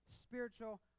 spiritual